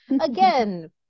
again